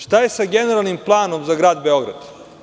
Šta je sa generalnim planom za grad Beograd?